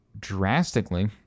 drastically